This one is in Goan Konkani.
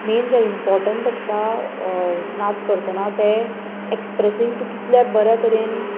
मैन जे इम्पोर्टंट आसता नाच करतना तें एक्सप्रेसींंग तूं कितलो बऱ्या तरेन